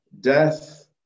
death